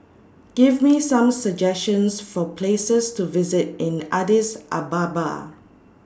Give Me Some suggestions For Places to visit in Addis Ababa